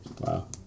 Wow